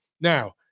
Now